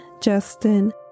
Justin